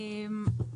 הערות.